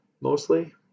mostly